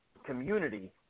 Community